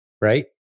right